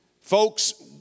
folks